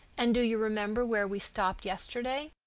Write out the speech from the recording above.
and do you remember where we stopped yesterday?